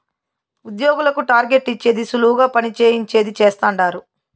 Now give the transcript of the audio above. ఉద్యోగులకు టార్గెట్ ఇచ్చేది సులువుగా పని చేయించేది చేస్తండారు